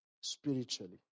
spiritually